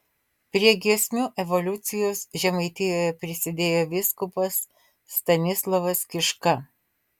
prie giesmių evoliucijos žemaitijoje prisidėjo vyskupas stanislovas kiška